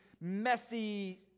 messy